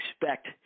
expect